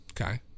Okay